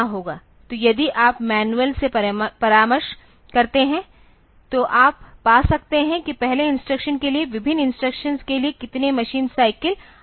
तो यदि आप मैनुअल से परामर्श करते हैं तो आप पा सकते हैं कि पहले इंस्ट्रक्शन के लिए विभिन्न इंस्ट्रक्शंस के लिए कितने मशीन साइकिल आवश्यक है